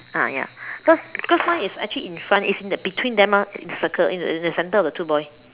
ah ya cause cause mine is actually in front it's in between them ah in the circle in in the center of the two boy